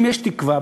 אם יש תקווה,